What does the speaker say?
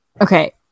Okay